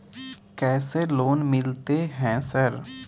कैसे लोन मिलते है सर?